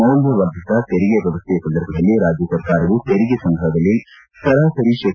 ಮೌಲ್ತ ವರ್ಧಿತ ತೆರಿಗೆ ವ್ವವಸ್ಥೆಯ ಸಂದರ್ಭದಲ್ಲಿ ರಾಜ್ಜ ಸರ್ಕಾರವು ತೆರಿಗೆ ಸಂಗ್ರಹದಲ್ಲಿ ಸರಾಸರಿ ಶೇ